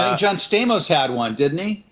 john stamos had one, didn't he?